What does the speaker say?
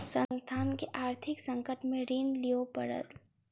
संस्थान के आर्थिक संकट में ऋण लिअ पड़ल